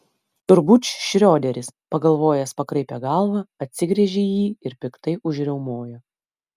turbūt šrioderis pagalvojęs pakraipė galvą atsigręžė į jį ir piktai užriaumojo